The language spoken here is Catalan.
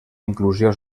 inclusió